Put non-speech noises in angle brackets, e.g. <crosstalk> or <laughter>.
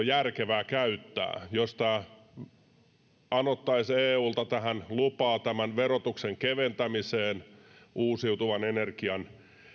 <unintelligible> järkevää käyttää jos anottaisiin eulta lupaa tämän verotuksen keventämiseen uusiutuvan energian